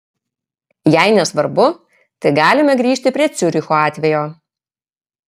jei nesvarbu tai galime grįžti prie ciuricho atvejo